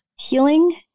healing